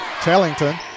Tellington